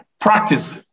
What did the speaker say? practice